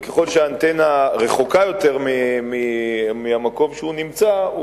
וככל שהאנטנה רחוקה יותר מהמקום שבו הוא נמצא,